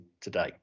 today